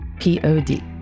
P-O-D